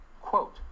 Quote